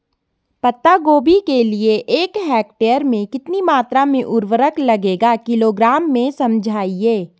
पत्ता गोभी के लिए एक हेक्टेयर में कितनी मात्रा में उर्वरक लगेगा किलोग्राम में समझाइए?